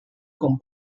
con